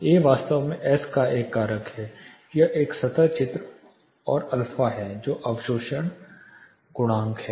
A वास्तव में S का एक कारक है यह एक सतह क्षेत्र और α है जो अवशोषण गुणांक है